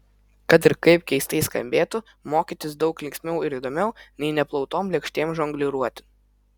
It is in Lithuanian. kad ir kaip keistai skambėtų mokytis daug linksmiau ir įdomiau nei neplautom lėkštėm žongliruoti